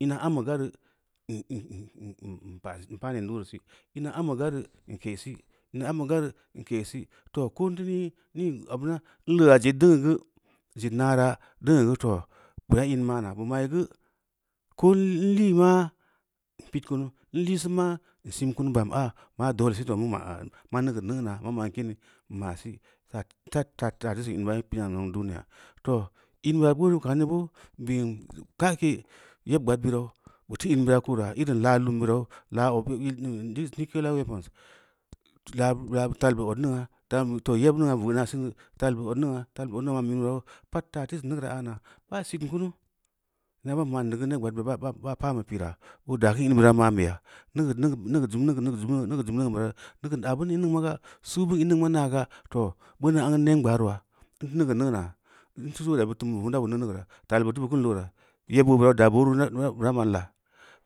Ina ambu ga reu n paa nenn neu uleureu si, ina ambu ga reu n ka’si, ina ambu ga reu n ke’si, too ko n da nii, n leu ya zed deungneu geu zed naara deungneu geu too bura in ma’na, bu ma’u geu ko n liima n bid kunu n lii sin maa n sim kanu bembu aa maa dole seboh mu ma’a, ma neugeud neu’na, maa ma’ n kin, n ma’si, fad deu sin ina bira yee pina zong duniya, too in bira beu kaam neu boo bin ka’ke ned gbad birau bu teu in bira kura ireun laa lum birau laa obbu lmum nudea ulepores, laa bid tal bu odningna, too yeb ningna vedna sin neu, tal bu odningua tal bu odningna, yee pad teu sin neugeura yee aa naa baa sitn kunu, ina ban ma’n neu geu neb gbaad bid baa pan bu piraa boo daa kin in bira ma’n beya, neu geud zum neu’n beyo neugeud aa bin in ningn ma ga, suu bin in ningn ma naago. Too, beuneu amgu n neng gbaaroa n teu neugeud neu’na n teu soja bid tum beu geu n do neugeud neuona tal bureu bu kin lora, yebba bira daa bonu reu bura ma’n la,